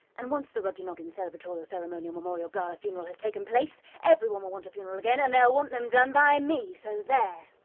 and once the roger noggins celabratorial ceremonial memorial gala funeral has taken place, everyone will want a funeral again and they'll want them done by me! so there!